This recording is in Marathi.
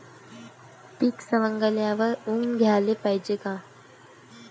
पीक सवंगल्यावर ऊन द्याले पायजे का?